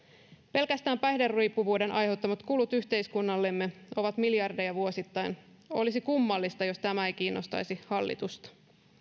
pelkästään päihderiippuvuuden aiheuttamat kulut yhteiskunnallemme ovat miljardeja vuosittain olisi kummallista jos tämä ei kiinnostaisi hallitusta